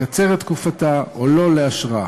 לקצר את תקופתה או לא לאשרה.